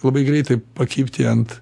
labai greitai pakibti ant